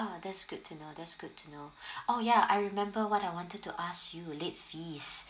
ah that's good to know that's good to know oh ya I remember what I wanted to ask you late fees